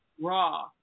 raw